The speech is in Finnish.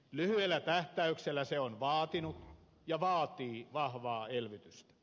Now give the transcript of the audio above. lyhyellä tähtäyksellä se on vaatinut ja vaatii vahvaa elvytystä